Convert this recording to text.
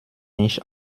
nicht